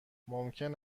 ممکن